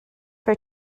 for